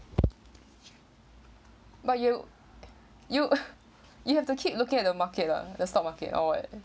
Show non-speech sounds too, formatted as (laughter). but you you (laughs) you have to keep looking at the market lah the stock market or what